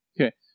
Okay